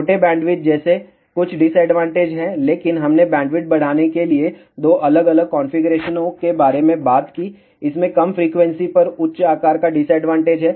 छोटे बैंडविड्थ जैसे कुछ डिसअडवांटेज हैं लेकिन हमने बैंडविड्थ को बढ़ाने के लिए 2 अलग अलग कॉन्फ़िगरेशनों के बारे में बात की इसमें कम फ्रीक्वेंसी पर उच्च आकार का डिसअडवांटेज है